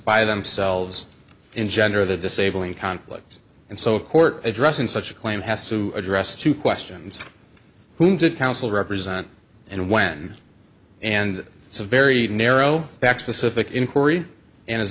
by themselves engender the disabling conflict and so a court addressing such a claim has to address two questions whom did counsel represent and when and it's a very narrow back specific inquiry and as